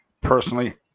personally